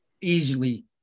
easily